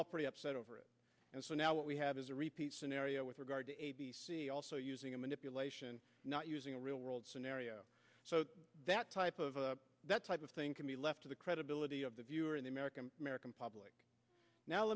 all pretty upset over it and so now what we have is a repeat scenario with regard to also using a manipulation not using a real world scenario so that type of that type of thing can be left to the credibility of the viewer in the american american public now